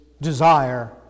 desire